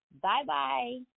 Bye-bye